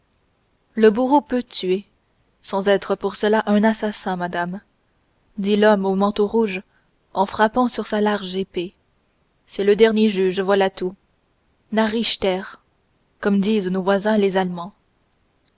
le bourreau peut tuer sans être pour cela un assassin madame dit l'homme au manteau rouge en frappant sur sa large épée c'est le dernier juge voilà tout nachrichter comme disent nos voisins les allemands